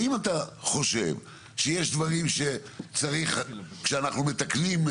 האם אתה חושב שיש דברים שצריך כשאנחנו מתקנים,